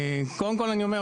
קודם כל אני אומר,